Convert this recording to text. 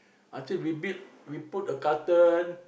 until we built we put a carton